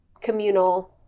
communal